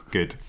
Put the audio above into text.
Good